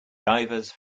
divers